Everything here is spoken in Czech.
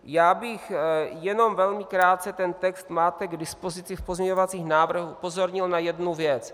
Já bych jen velmi krátce, ten text máte k dispozici v pozměňovacích návrzích, upozornil na jednu věc.